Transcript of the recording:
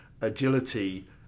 agility